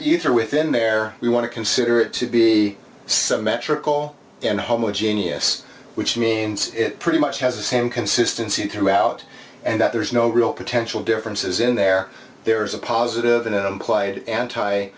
are within there we want to consider it to be symmetrical and homogeneous which means it pretty much has the same consistency throughout and that there's no real potential differences in there there's a positive and implied anti